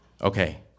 Okay